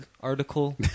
article